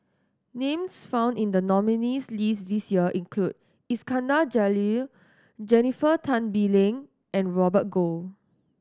names found in the nominees' list this year include Iskandar Jalil Jennifer Tan Bee Leng and Robert Goh